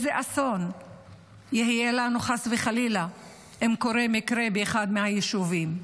איזה אסון יהיה לנו חס וחלילה אם קורה מקרה באחד מהיישובים?